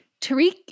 Tariq